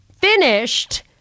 finished